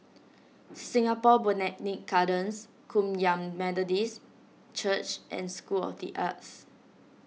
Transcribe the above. Singapore Botanic Gardens Kum Yan Methodist Church and School of the Arts